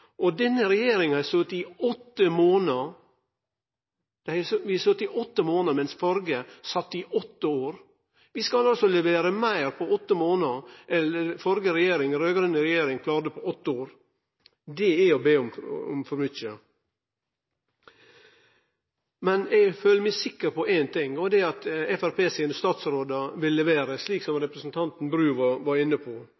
tiltak. Denne regjeringa har sete i åtte månader, mens den førre sat i åtte år. Vi skal altså levere meir på åtte månader enn den førre regjeringa, den raud-grøne regjeringa, klarte på åtte år. Det er å be om for mykje. Eg føler meg sikker på ein ting, og det er at Framstegspartiet sine statsrådar vil levere, slik som representanten Bru var inne på